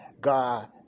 God